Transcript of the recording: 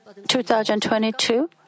2022